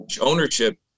ownership